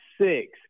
six